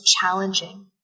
challenging